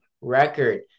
record